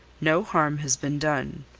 no harm has been done.